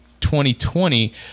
2020